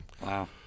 Wow